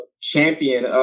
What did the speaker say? champion